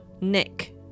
nick